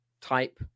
type